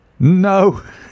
No